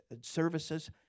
services